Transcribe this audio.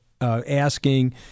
asking